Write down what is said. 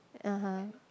(uh huh)